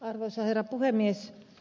arvoisa herra puhemies